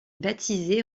baptisé